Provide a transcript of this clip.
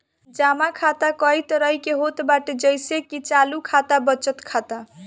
जमा खाता कई तरही के होत बाटे जइसे की चालू खाता, बचत खाता